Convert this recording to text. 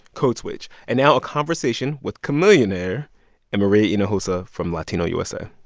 code switch and now a conversation with chamillionaire and maria hinojosa from latino usa